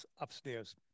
upstairs